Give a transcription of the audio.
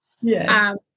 Yes